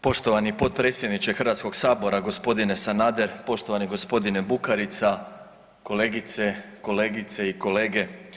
Poštovani potpredsjedniče Hrvatskog sabora, gospodine Sanader, poštovani gospodine Bukarica, kolegice i kolege.